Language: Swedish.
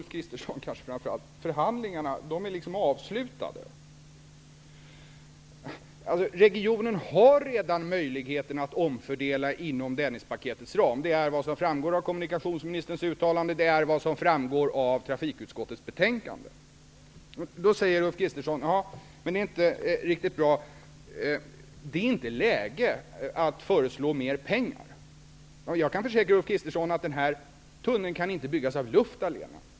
Herr talman! Förhandlingarna är avslutade, Ulf Kristersson. Regionen har redan möjligheten att omfördela inom Dennispaketets ram. Det framgår av kommunikationsministerns uttalande och av trafikutskottets betänkande. Då säger Ulf Kristersson att det inte är riktigt bra och att det inte är läge att föreslå mer pengar. Jag kan försäkra Ulf Kristersson att tunneln inte kan byggas av luft allena.